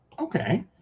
Okay